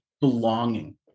belonging